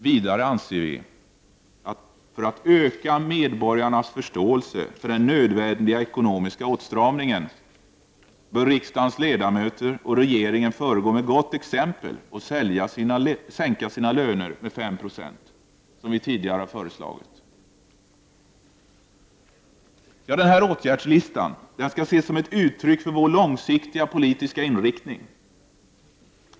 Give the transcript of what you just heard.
För att öka medborgarnas förståelse för den nödvändiga ekonomiska åtstramningen bör riksdagens ledamöter och regeringen föregå med gott exempel och sänka sina löner med 5 96, som vi tidigare föreslagit. Den här åtgärdslistan skall ses som ett uttryck för vår långsiktiga politiska inriktning.